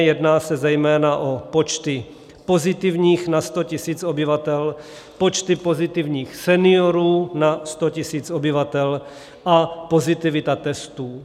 Jedná se zejména o počty pozitivních na 100 tisíc obyvatel, počty pozitivních seniorů na 100 tisíc obyvatel a pozitivita testů.